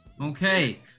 Okay